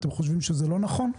אתם חושבים שזה לא נכון?